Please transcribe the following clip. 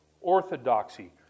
orthodoxy